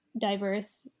diverse